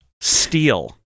steal